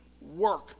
work